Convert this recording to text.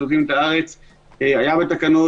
שבסוף זה דבר שהוא יותר רחוק מהתכלית שאתה מנסה למנוע.